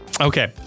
Okay